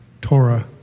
Torah